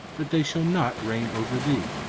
but they shall not reign over thee.